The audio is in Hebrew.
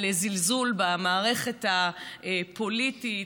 על זלזול במערכת הפוליטית,